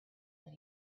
that